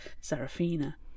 Serafina